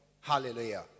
hallelujah